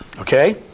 Okay